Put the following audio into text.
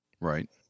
right